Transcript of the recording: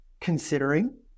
considering